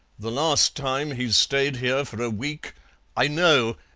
the last time he stayed here for a week i know,